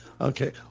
okay